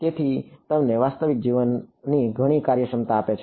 તેથી તે તમને વાસ્તવિક જીવનની ઘણી કાર્યક્ષમતા આપે છે